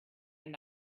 and